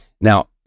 now